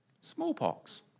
Smallpox